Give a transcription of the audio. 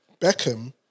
Beckham